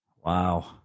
Wow